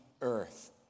earth